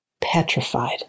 petrified